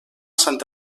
sant